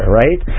right